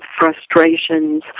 frustrations